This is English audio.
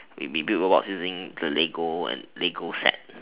we build robots using the lego and lego set